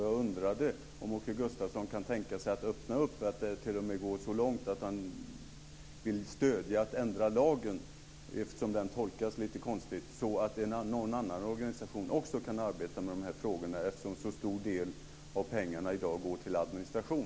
Jag undrade om Åke Gustavsson kunde tänka sig att öppna för eller t.o.m. gå så långt att han vill stödja förslaget att ändra lagen, eftersom den tolkas lite konstigt, så att någon annan organisation också kan arbeta med de här frågorna, t.ex. inom Bonus, eftersom en så stor del av pengarna i dag går till administration.